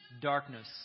darkness